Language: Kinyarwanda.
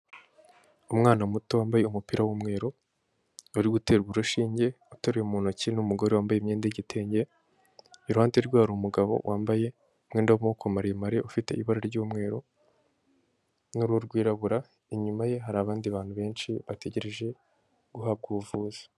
Umwana muto wambaye umupira w'umweru, uri guterwa urushinge uteruwe mu ntoki n'umugore wambaye imyenda y'igitenge, iruhande rwe hari umugabo wambaye umwenda w'amaboko maremare ufite ibara ry'umweru n'uruhu rwirabura, inyuma ye hari abandi bantu benshi bategereje guhabwa ubuvuzi.